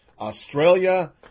Australia